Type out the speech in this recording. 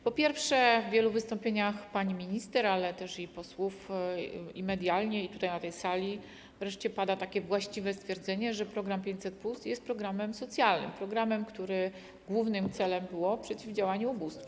Po pierwsze, w wielu wystąpieniach pani minister, ale też i posłów, medialnie i tutaj na tej sali padało właściwe stwierdzenie, że program 500+ jest programem socjalnym, programem, którego głównym celem jest przeciwdziałanie ubóstwu.